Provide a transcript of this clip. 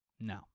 No